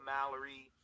Mallory